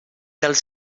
dels